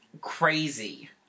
crazy